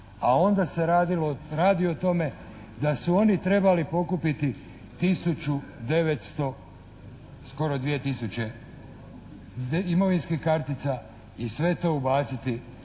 A onda se radi o tome da su oni trebali pokupiti tisuću 900, skoro 2 tisuće imovinskih kartica i sve to ubaciti